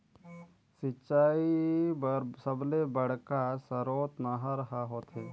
सिंचई बर सबले बड़का सरोत नहर ह होथे